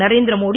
Narendra Modi